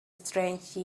strange